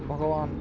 ଭଗବାନ